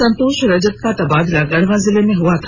संतोष रजक का तबादला गढ़वा जिले में हो गया था